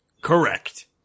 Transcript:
correct